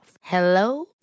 Hello